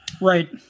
Right